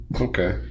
Okay